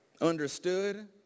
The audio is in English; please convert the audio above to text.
understood